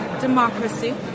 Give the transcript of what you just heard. democracy